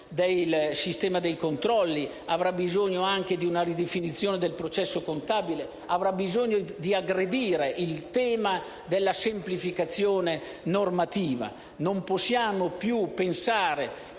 del sistema dei controlli, di una ridefinizione del processo contabile e di aggredire il tema della semplificazione normativa. Non possiamo più pensare